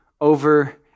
over